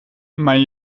mijn